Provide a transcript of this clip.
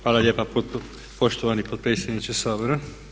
Hvala lijepa poštovani potpredsjedniče Sabora.